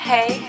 Hey